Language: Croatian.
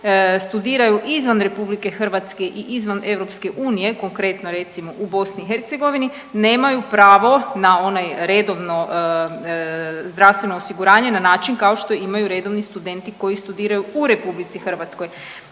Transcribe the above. studiraju izvan Republike Hrvatske i izvan EU konkretno recimo u BiH nemaju pravo na onaj redovno zdravstveno osiguranje na način kao što imaju redovni studeni koji studiraju u Republici Hrvatskoj,